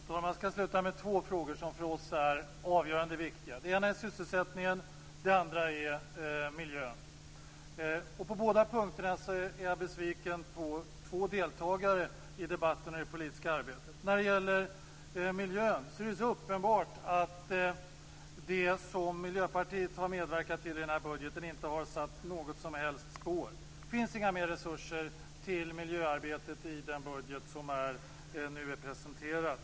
Fru talman! Jag skall avsluta med två frågor som för oss är avgörande. Den ena är sysselsättningen, den andra är miljön. På båda punkterna är jag besviken på två deltagare i debatten och i det politiska arbetet. När det gäller miljön är det så uppenbart att det som Miljöpartiet har medverkat till i budgeten inte har satt något som helst spår. Det finns inga mer resurser till miljöarbetet i den budget som nu är presenterad.